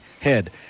head